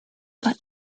but